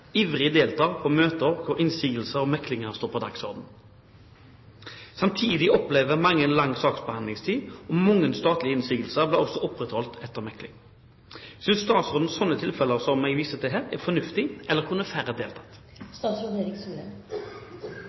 på møter hvor innsigelser og meklinger står på dagsorden. Samtidig opplever mange lang saksbehandlingstid, og mange statlige innsigelser blir også opprettholdt etter mekling. Synes statsråden slike tilfeller er fornuftige, eller kunne færre deltatt?» Jeg er,